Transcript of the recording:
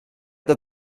that